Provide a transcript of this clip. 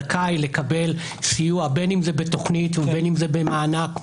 שזכאי לקבל סיוע בין בתכנית ובין במענק,